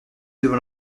devant